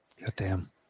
Goddamn